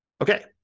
Okay